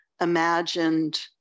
imagined